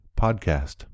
Podcast